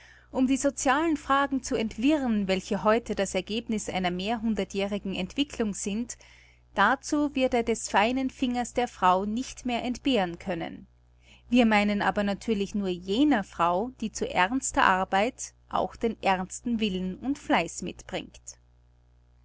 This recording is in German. um die socialen fragen zu entwirren welche heute das ergebniß einer mehrhundertjährigen entwicklung sind dazu wird er des feinen fingers der frau nicht mehr entbehren können wir meinen aber natürlich nur jener frau die zu ernster arbeit auch den ernsten willen und fleiß mitbringt